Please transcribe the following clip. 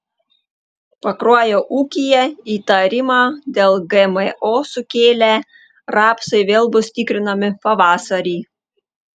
pakruojo ūkyje įtarimą dėl gmo sukėlę rapsai vėl bus tikrinami pavasarį